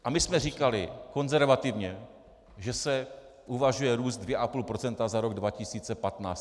A my jsme říkali konzervativně, že se uvažuje o růstu 2,5 % za rok 2015.